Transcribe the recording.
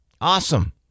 Awesome